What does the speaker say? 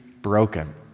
broken